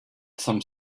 some